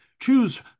Choose